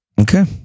Okay